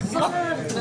מהסיבות שתיארנו,